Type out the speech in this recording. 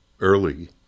early